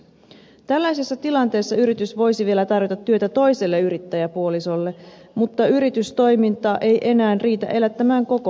tällaisessa tilanteessa yritys voisi vielä tarjota työtä toiselle yrittäjäpuolisolle mutta yritystoiminta ei enää riitä elättämään koko perhettä